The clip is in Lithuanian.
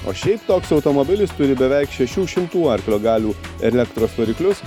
o šiaip toks automobilis turi beveik šešių šimtų arklio galių elektros variklius